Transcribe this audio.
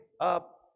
up